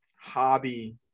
hobby